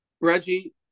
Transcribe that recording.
reggie